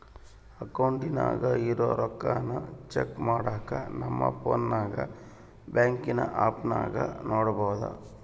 ಅಕೌಂಟಿನಾಗ ಇರೋ ರೊಕ್ಕಾನ ಚೆಕ್ ಮಾಡಾಕ ನಮ್ ಪೋನ್ನಾಗ ಬ್ಯಾಂಕಿನ್ ಆಪ್ನಾಗ ನೋಡ್ಬೋದು